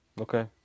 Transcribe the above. Okay